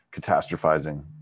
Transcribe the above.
catastrophizing